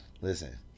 Listen